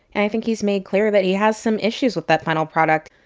i think he's made clear that he has some issues with that final product.